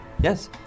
Yes